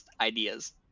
ideas